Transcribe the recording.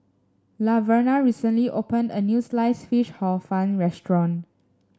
Laverna recently opened a new Sliced Fish Hor Fun restaurant